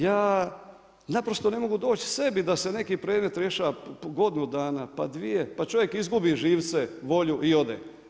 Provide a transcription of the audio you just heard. Ja naprosto ne mogu doći sebi da se neki predmet rješava po godinu dana, pa dvije, pa po čovjek izgubi živce, volju i ode.